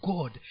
God